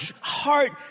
heart